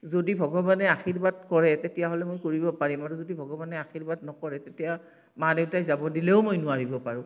যদি ভগৱানে আশীৰ্বাদ কৰে তেতিয়াহ'লে মই কৰিব পাৰিম আৰু যদি ভগৱানে আশীৰ্বাদ নকৰে তেতিয়া মা দেউতাই যাব দিলেও মই নোৱাৰিব পাৰোঁ